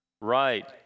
Right